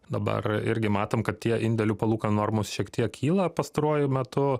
dabar irgi matom kad tie indėlių palūkanų normos šiek tiek kyla pastaruoju metu